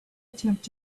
attempt